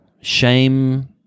shame